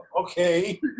okay